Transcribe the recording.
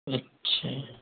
अच्छा